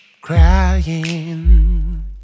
crying